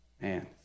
Man